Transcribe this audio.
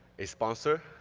a sponsor,